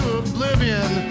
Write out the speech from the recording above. oblivion